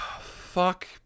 Fuck